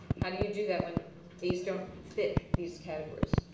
how do you do that when these don't fit these categories?